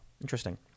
Interesting